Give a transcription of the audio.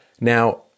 Now